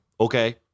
okay